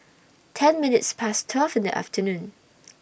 ten minutes Past twelve in The afternoon